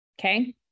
Okay